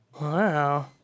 Wow